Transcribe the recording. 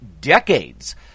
decades